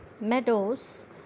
meadows